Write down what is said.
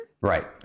Right